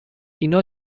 اینا